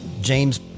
James